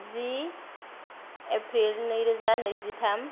जि April नै रोजा नैजिथाम